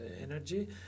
energy